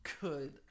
Good